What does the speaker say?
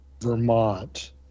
Vermont